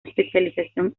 especialización